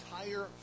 entire